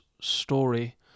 story